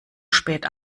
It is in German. spät